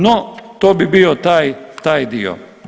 No, to bi bio taj dio.